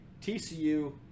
TCU